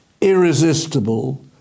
irresistible